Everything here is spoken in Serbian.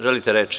Želite reč?